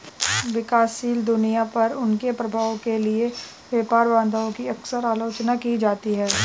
विकासशील दुनिया पर उनके प्रभाव के लिए व्यापार बाधाओं की अक्सर आलोचना की जाती है